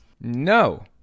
No